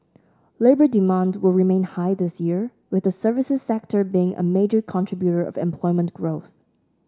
labour demand will remain high this year with the services sector being a major contributor of employment growth